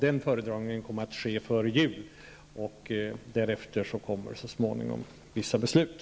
Den föredragningen kommer som sagt att ske före jul, och därefter kommer så småningom vissa beslut.